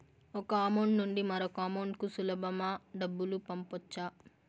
ఒక అకౌంట్ నుండి మరొక అకౌంట్ కు సులభమా డబ్బులు పంపొచ్చా